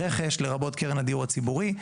רכש, לרבות קרן הדיור הציבורי.